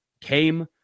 came